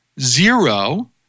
zero